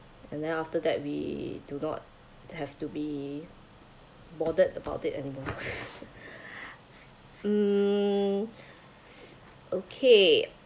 and then after that we do not have to be bothered about it anymore hmm okay